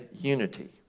unity